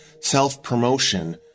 self-promotion